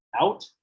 out